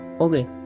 Okay